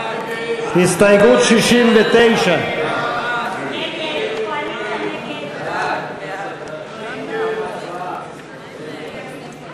הסתייגות 69. ההסתייגות (69) של קבוצת סיעת העבודה וקבוצת סיעת קדימה